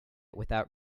without